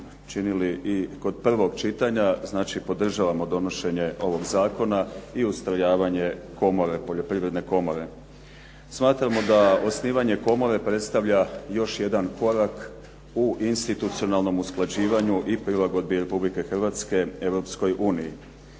činili i kod prvog čitanja znači podržavamo donošenje ovog zakona i ustrojavanje Poljoprivredne komore. Smatramo da osnivanje komore predstavlja još jedna korak u institucionalnom usklađivanju i prilagodbi Republike Hrvatske Europskoj uniji.